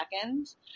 seconds